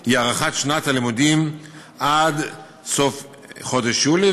הוא הארכת שנת הלימודים עד סוף חודש יולי,